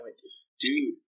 dude